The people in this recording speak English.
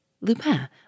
Lupin